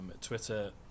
Twitter